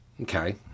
Okay